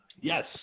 Yes